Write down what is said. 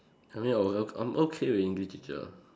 I mean I'm also I'm okay with English teacher